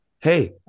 Hey